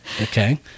okay